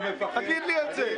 תגיד לי את זה.